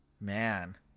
Man